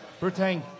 Brutang